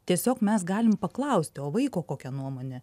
tiesiog mes galim paklausti o vaiko kokia nuomonė